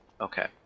Okay